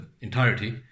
entirety